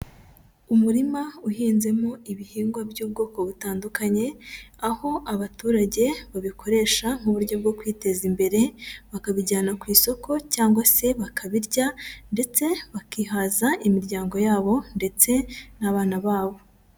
Umurima uhinzemo ibihingwa by'ubwoko butandukanye, aho abaturage babikoresha mu buryo bwo kwiteza imbere bakabijyana ku isoko cyangwa se bakabirya ndetse bakihaza imiryango yabo ndetse n'abana babo.